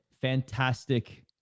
fantastic